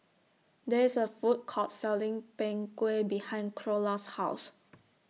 There IS A Food Court Selling Png Kueh behind Creola's House